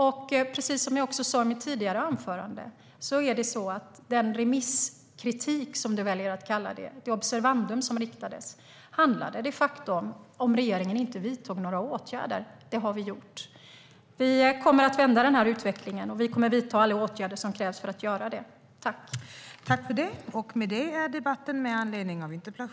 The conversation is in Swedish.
Och precis som jag sa i mitt tidigare inlägg handlade den remisskritik som du väljer att kalla det, det observandum som riktades, de facto om ifall regeringen inte skulle vidta några åtgärder. Det har vi gjort. Vi kommer att vända den här utvecklingen och vidta alla åtgärder som krävs för att göra det.